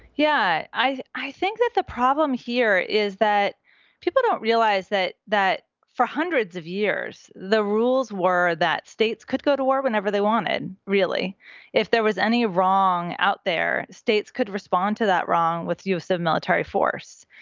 yeah, i i think that the problem here is that people don't realize that that for hundreds of years the rules were that states could go to war whenever they wanted, really if there was any wrong out there. states could respond to that, wrong with the use of military force.